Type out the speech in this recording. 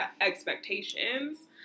expectations